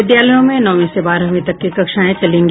विद्यालयों में नौवीं से बारहवीं तक की कक्षाएं चलेंगी